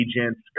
agents